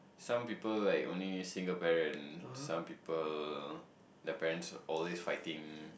some people like only single parent some people their parents are always fighting